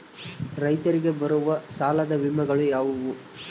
ರೈತರಿಗೆ ಬರುವ ಸಾಲದ ವಿಮೆಗಳು ಯಾವುವು?